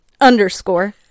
underscore